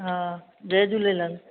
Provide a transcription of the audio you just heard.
हा जय झूलेलाल